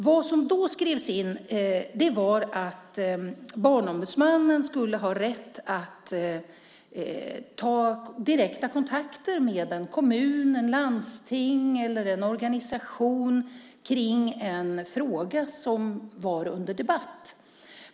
Vad som då skrevs in var att Barnombudsmannen skulle ha rätt att ta direkta kontakter med till exempel en kommun, ett landsting eller en organisation i frågor som är under debatt.